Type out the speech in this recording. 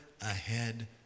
ahead